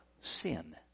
sin